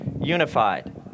unified